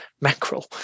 mackerel